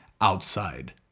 outside